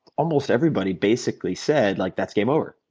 almost everybody basically said like that's game over.